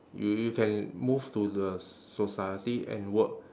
you you can move to the society and work